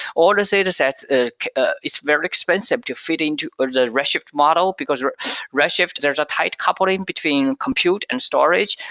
all those datasets ah ah is very expensive to feed into the red shift model, because red red shift, there's a tight coupling between compute and storage.